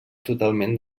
totalment